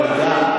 תודה.